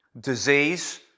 disease